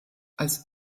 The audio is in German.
als